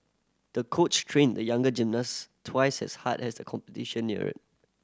the coach trained the young gymnast twice as hard as the competition neared